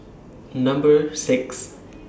Number six